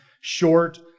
short